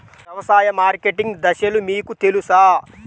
వ్యవసాయ మార్కెటింగ్ దశలు మీకు తెలుసా?